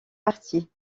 partie